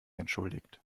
entschuldigt